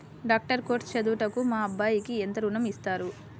Doctor course చదువుటకు మా అబ్బాయికి ఎంత ఋణం ఇస్తారు?